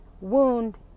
wound